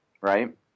Right